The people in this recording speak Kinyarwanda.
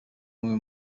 bamwe